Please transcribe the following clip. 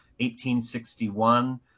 1861